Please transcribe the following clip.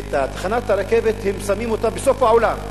את תחנת הרכבת הם שמים בסוף העולם.